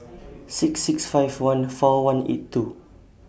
six six five one four one eight two